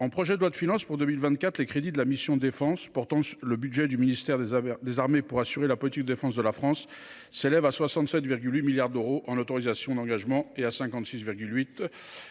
dans ce projet de loi de finances pour 2024, les crédits de la mission « Défense », portant le budget du ministère des armées pour assurer la politique de défense de la France, s’élèvent à 67,8 milliards d’euros en autorisations d’engagement et à 56,8 milliards d’euros